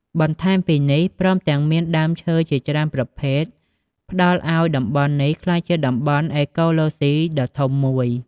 បន្ថែមពីនេះ ព្រមទាំងមានដើមឈើជាច្រើនប្រភេទ ផ្តល់ឲ្យតំបន់នេះក្លាយជា តំបន់អេកូឡូស៊ីដ៏ធំមួយ។